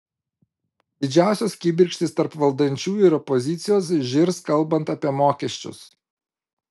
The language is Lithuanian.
didžiausios kibirkštys tarp valdančiųjų ir opozicijos žirs kalbant apie mokesčius